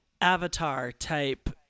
Avatar-type